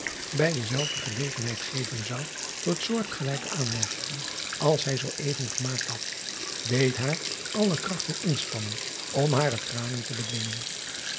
biz denzelven gelegenheid geven zou tot soortgelijke aanmerkingen als hij zoo even gemaakt had deed haar alle krachten inspannen om hare tranen te bedwingen